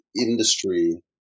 industry